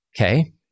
Okay